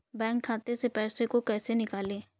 Bank खाते से पैसे को कैसे निकालें?